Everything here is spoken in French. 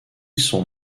son